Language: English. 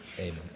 amen